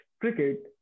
cricket